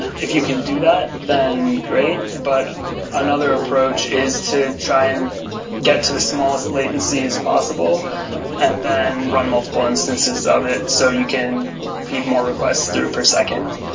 if you can do that, then great. but another approach is to try and get to the smallest latency as possible and then run multiple instances of it so you can feed requests through per second.